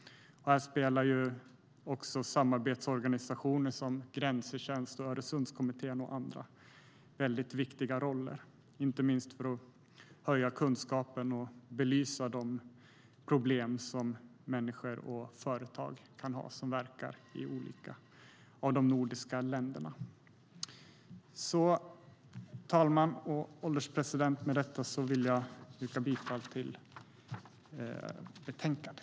Här spelar samarbetsorganisationer som Grensetjänsten, Öresundskommiteen och andra en viktig roll, inte minst för att höja kunskapen och belysa de problem som människor och företag som verkar i de nordiska länderna kan ha. Med det yrkar jag bifall till förslaget i betänkandet.